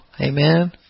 Amen